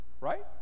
Right